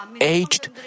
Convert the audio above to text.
aged